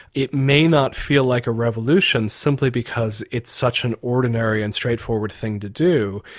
it may not feel like a revolution simply because it's such an ordinary and straightforward thing to do,